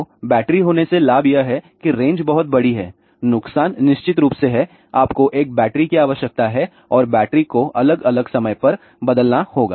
तो बैटरी होने का लाभ यह है कि रेंज बहुत बड़ी है नुकसान निश्चित रूप से है आपको एक बैटरी की आवश्यकता है और बैटरी को अलग अलग समय पर बदलना होगा